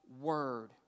word